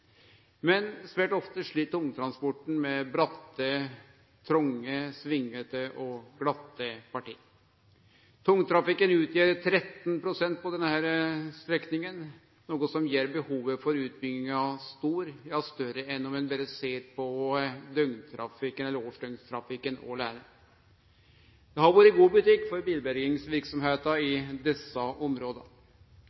Men svært ofte slit tungtransporten med bratte, tronge, svingete og glatte parti. Tungtrafikken utgjer 13 pst. på denne strekninga, noko som gjer behovet for utbygginga stort, ja, større enn om ein berre ser på døgntrafikken eller årsdøgntrafikken åleine. Det har vore god butikk for bilbergingsverksemder i